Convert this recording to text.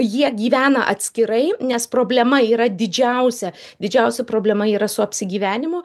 jie gyvena atskirai nes problema yra didžiausia didžiausia problema yra su apsigyvenimu